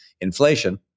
inflation